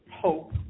Hope